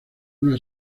una